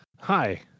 Hi